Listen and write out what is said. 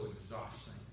exhausting